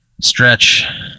Stretch